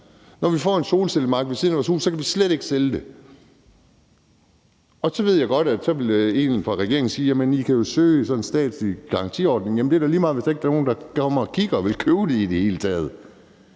når vi får en solcellepark ved siden af vores hus, kan vi slet ikke sælge det. Så ved jeg godt, at der er nogen fra regeringen, der vil sige, at man kan søge sådan en statslig garantiordning. Jamen det er da lige meget, hvis der ikke er nogen, der i det hele taget